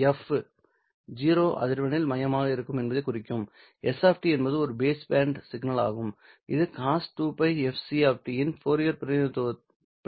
0 அதிர்வெண்ணில் மையமாக இருக்கும் என்பதைக் குறிக்கிறதுs என்பது ஒரு ஃபேஸ் பேண்ட் சிக்னல் ஆகும் இது cos 2Лfct இன் ஃபோரியர் பிரதிநிதித்துவம் என்னவாக இருக்கும்